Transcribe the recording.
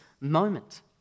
moment